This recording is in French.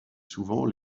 souvent